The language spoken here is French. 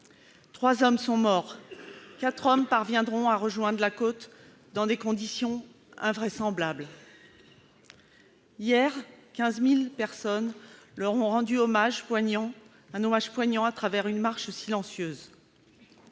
Trois hommes sont morts. Quatre hommes parviendront à rejoindre la côte dans des conditions invraisemblables. Hier, 15 000 personnes leur ont rendu un hommage poignant à travers une marche silencieuse.